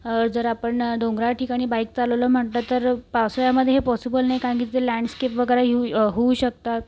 जर आपण डोंगराळ ठिकाणी बाईक चालवलं म्हटलं तर पावसाळ्यामध्ये हे पॉसिबल नाही कारण की ते लँडस्केप वगैरे येऊ होऊ शकतात